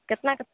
केतनाके